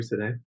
today